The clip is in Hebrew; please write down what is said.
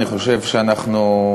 אני חושב שכולנו,